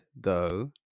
though-